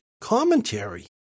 commentary